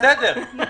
בסדר,